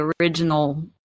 original